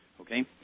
Okay